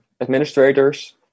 administrators